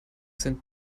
sind